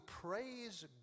praise